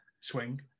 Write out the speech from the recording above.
swing